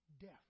death